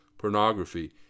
pornography